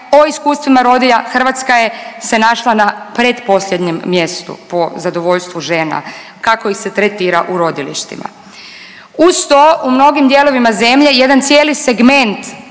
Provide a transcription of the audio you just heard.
o iskustvima rodilja Hrvatska je se našla na pretposljednjem mjestu po zadovoljstvu žena kako ih se tretira u rodilištima. Uz to u mnogim dijelovima zemlje jedan cijeli segment